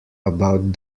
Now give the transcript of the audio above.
about